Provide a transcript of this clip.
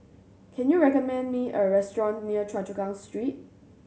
can you recommend me a restaurant near Choa Chu Kang Street